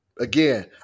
Again